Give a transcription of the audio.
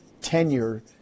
tenure